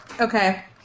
Okay